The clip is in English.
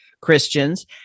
Christians